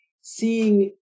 seeing